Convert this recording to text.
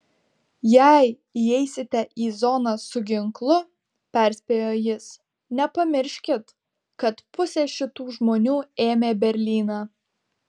jei įeisite į zoną su ginklu perspėjo jis nepamirškit kad pusė šitų žmonių ėmė berlyną